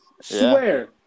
swear